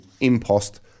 impost